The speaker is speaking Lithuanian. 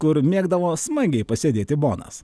kur mėgdavo smagiai pasėdėti bonas